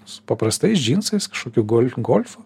su paprastais džinsais kažkokiu golf golfu